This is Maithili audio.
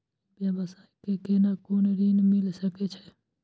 व्यवसाय ले केना कोन ऋन मिल सके छै?